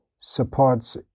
supports